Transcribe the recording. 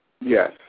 Yes